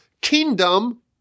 kingdom